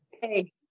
hey